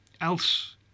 else